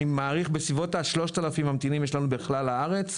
אני מעריך שיש לנו בסביבות ה- 3000 ממתינים בכלל הארץ.